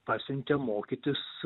pasiuntė mokytis